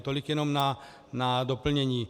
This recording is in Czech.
Tolik jenom na doplnění.